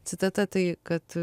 citata tai kad